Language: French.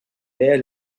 vers